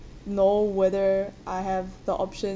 know whether I have the option